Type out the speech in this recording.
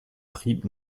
prix